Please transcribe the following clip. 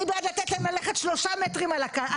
אני בעד לתת להם שלושה מטרים עד לקלפי,